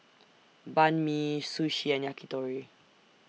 Banh MI Sushi and Yakitori